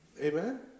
Amen